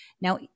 now